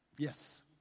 Yes